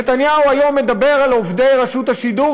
נתניהו היום מדבר על עובדי רשות השידור